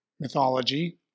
mythology